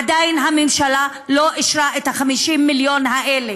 עדיין הממשלה לא אישרה את ה-50 מיליון האלה.